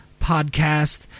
Podcast